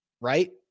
right